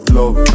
love